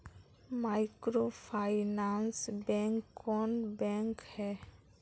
Microfinance bank कौन bank है?